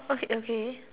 okay okay